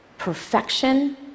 Perfection